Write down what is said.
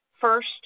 first